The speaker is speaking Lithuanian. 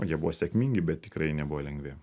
jie buvo sėkmingi bet tikrai nebuvo lengvi